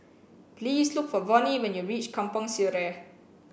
please look for Vonnie when you reach Kampong Sireh